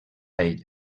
ell